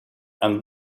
and